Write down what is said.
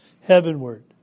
heavenward